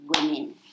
Women